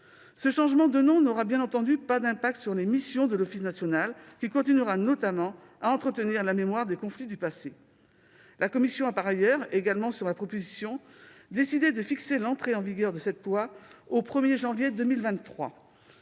Ce changement de nom n'aura bien entendu pas d'impact sur les missions de l'Office national, qui continuera notamment à entretenir la mémoire des conflits du passé. Par ailleurs, la commission a décidé, également sur ma proposition, de fixer l'entrée en vigueur de ce texte au 1janvier 2023.